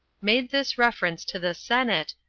made this reference to the senate,